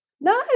no